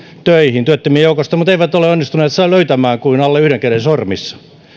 työttömien joukosta töihin mutta eivät ole onnistuneet sieltä löytämään kuin alle yhden käden sormilla laskettavan määrän